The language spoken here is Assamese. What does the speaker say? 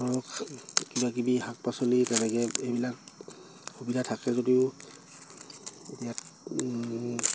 ধৰক কিবাকিবি শাক পাচলি তেনেকৈ এইবিলাক সুবিধা থাকে যদিও ইয়াত